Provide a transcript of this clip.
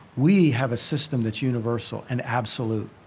we have a system that's universal and absolute.